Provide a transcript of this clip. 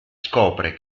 scopre